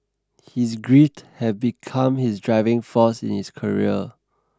his grit had become his driving force in his career